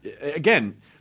again